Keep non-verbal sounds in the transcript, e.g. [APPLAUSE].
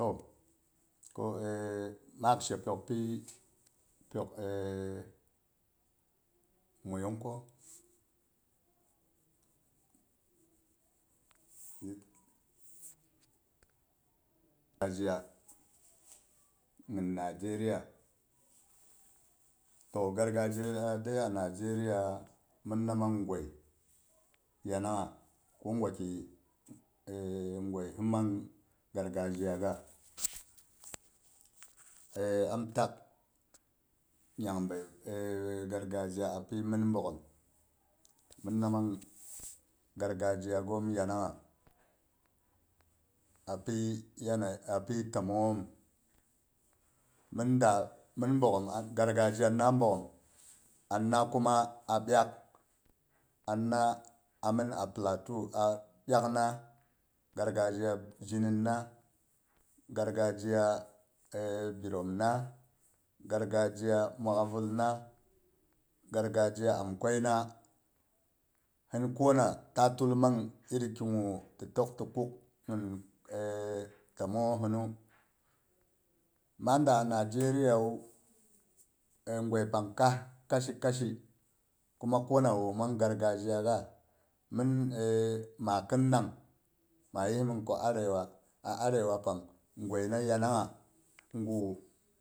Ko [HESITATION] maak shepyok pyi, pyok [HESITATION] muiying ko, a zhiya, gin nigeria, pol gargazhiya dai a nigeria, minna man goi yanangnga, kogwaki goi [HESITATION] man gargazhiya, gas [NOISE] [HESITATION] am tak nyangbəi [HESITATION] gargazhiya apyi min bogghom, minna man gargazhiyagoom yanangnga apyi yanayi, apyi təmongngom min da min bogghom gargazhiyana bogghom, ana kuma a pyak anna a min a platuo a pyakna, gargazhiya zhini, gargazhiya [HESITATION] biromna gargazhiya muk'a vul na, gargazhiya amkwəina, don kona ta tul man iri kiga tɨ tək tɨ kuk [HESITATION] təmong ngosɨnu, ma daa nigeriawu, goi pang kaas kashi kashi kuma konawo man gargazhiya gas, mɨn əəi ma kin nang ma yismɨn ko arewa arewa pang going yanangnga gu